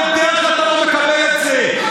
אני יודע שאתה לא מקבל את זה.